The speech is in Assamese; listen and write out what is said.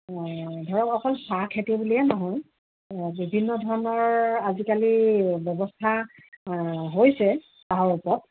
ধৰক অকল চাহ খেতি বুলিয়েই নহয় বিভিন্ন ধৰণৰ আজিকালি ব্যৱস্থা হৈছে চাহৰ ওপৰত